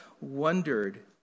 wondered